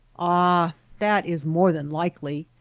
ah that is more than likely.